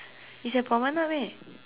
it's at Promenade meh